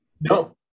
No